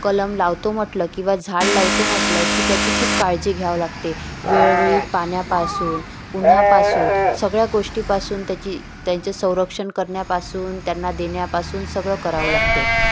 कलम लावतो म्हटलं किंवा झाड लावतो म्हटलं की त्याची खूप काळजी घ्यावं लागते वेळोवेळी पाण्यापासून उन्हापासून सगळ्या गोष्टीपासून त्याची त्यांचं संरक्षण करन्यापासून त्यांना देण्यापासून सगळं करावं लागते